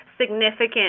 significant